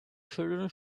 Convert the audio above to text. children